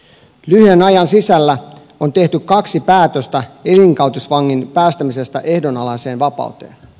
lyhyen ajan sisällä on tehty kaksi päätöstä elinkautisvangin päästämisestä ehdonalaiseen vapauteen